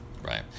Right